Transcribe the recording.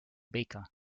baker